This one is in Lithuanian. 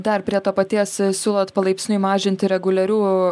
dar prie to paties siūlot palaipsniui mažinti reguliarių